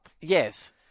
yes